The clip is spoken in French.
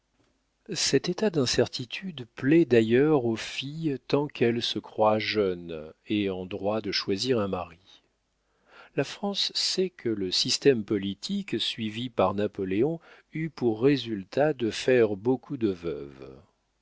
cet état d'incertitude plaît d'ailleurs aux filles tant qu'elles se croient jeunes et en droit de choisir un mari la france sait que le système politique suivi par napoléon eut pour résultat de faire beaucoup de veuves